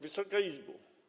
Wysoka Izbo!